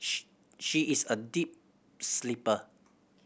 she is a deep sleeper